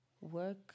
work